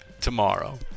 tomorrow